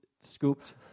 scooped